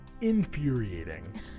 Infuriating